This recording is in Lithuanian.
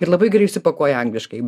ir labai greitai išsipakuoja angliškai